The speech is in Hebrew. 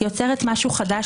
היא יוצרת משהו חדש,